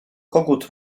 kogut